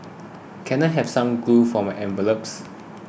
can I have some glue for my envelopes